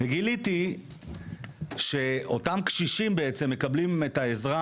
גיליתי שאותם קשישים בעצם מקבלים את העזרה